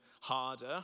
harder